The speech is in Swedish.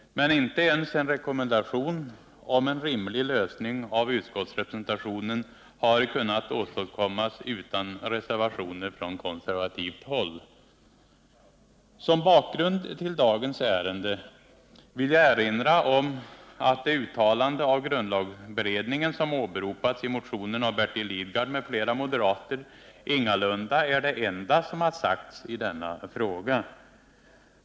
Men inte ens en rekommendation om en rimlig lösning av utskottsrepresentationen har kunnat åstadkommas utan reservationer från konservativt håll. Som bakgrund till dagens ärende vill jag erinra om att det uttalande av grundlagberedningen som åberopas i motionen av Bertil Lidgard m.fl. moderater, ingalunda är det enda som sagts i denna fråga.